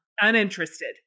uninterested